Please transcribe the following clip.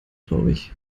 traurig